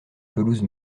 pelouse